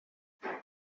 gabe